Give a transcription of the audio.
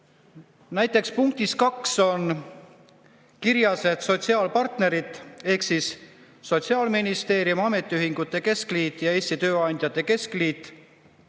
Näiteks punktis 2 on kirjas, et sotsiaalpartnerid ehk Sotsiaalministeerium, ametiühingute keskliit ja Eesti Tööandjate Keskliit